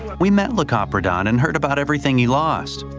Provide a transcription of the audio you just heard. we met lokapradhan and heard about everything he lost.